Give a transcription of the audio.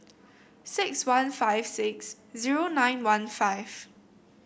six one five six zero nine one five